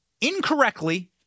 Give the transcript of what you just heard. incorrectly